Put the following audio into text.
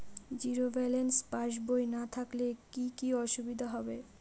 Zero balance passbook না থাকলে কি কী অসুবিধা হবে?